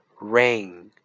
Ring